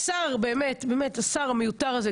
השר המיותר הזה,